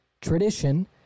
tradition